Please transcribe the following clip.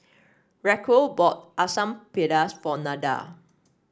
Racquel bought Asam Pedas for Nada